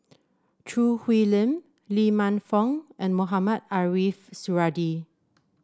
Choo Hwee Lim Lee Man Fong and Mohamed Ariff Suradi